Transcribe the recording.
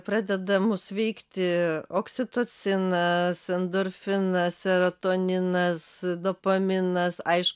pradeda mus veikti oksitocinas endorfinas serotoninas dopaminas aišku